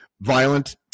violent